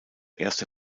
erste